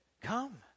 Come